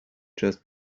just